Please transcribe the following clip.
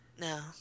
No